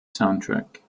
soundtrack